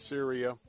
Syria